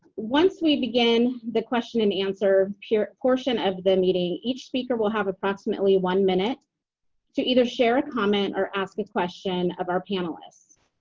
once we begin the question and answer portion of the meeting, each speaker will have approximately one minute to either share a comment or ask a question of our panelists.